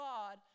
God